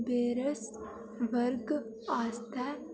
बरेस वर्ग आस्तै